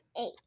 eight